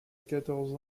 quatorze